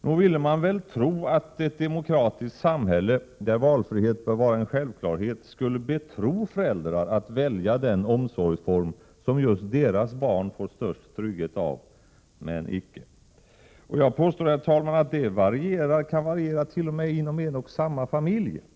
Nog vill man väl tro att ett demokratiskt samhälle, där valfrihet bör vara en självklarhet, skulle betro föräldrar med att välja den omsorgsform som just deras barn får störst trygghet av — men icke! Jag påstår, herr talman, att det härvidlag kan variera t.o.m. inom en och samma familj.